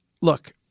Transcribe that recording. Look